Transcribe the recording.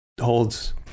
holds